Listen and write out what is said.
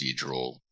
procedural